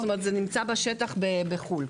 זה נמצא בשטח בחו"ל.